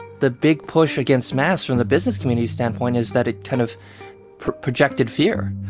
the big push against masks from the business community standpoint is that it kind of projected fear.